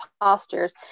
postures